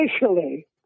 initially